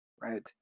right